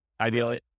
Ideally